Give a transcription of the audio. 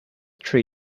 tree